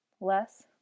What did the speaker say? Less